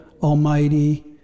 almighty